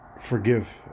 forgive